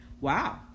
Wow